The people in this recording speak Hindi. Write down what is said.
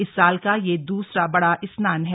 इस साल का यह दूसरा बड़ा स्नान है